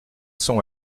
sont